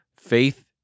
faith